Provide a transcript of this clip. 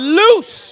loose